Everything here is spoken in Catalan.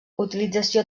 utilització